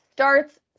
starts